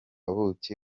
buki